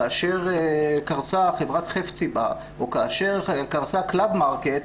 כאשר קרסה חברת חפציבה או כאשר קרסה קלאבמרקט,